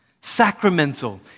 sacramental